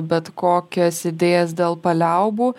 bet kokias idėjas dėl paliaubų